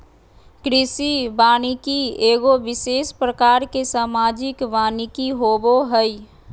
कृषि वानिकी एगो विशेष प्रकार के सामाजिक वानिकी होबो हइ